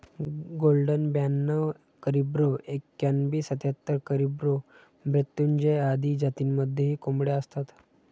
golden ब्याणव Caribro एक्याण्णण, B सत्याहत्तर, कॅरिब्रो मृत्युंजय आदी जातींमध्येही कोंबड्या असतात